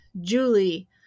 Julie